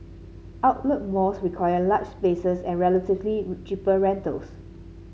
outlet malls require large spaces and relatively cheaper rentals